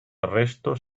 arresto